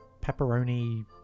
pepperoni